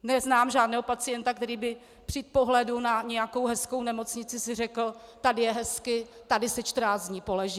Neznám žádného pacienta, který by si při pohledu na nějakou hezkou nemocnici řekl, tady je hezky, tady si čtrnáct dní poležím.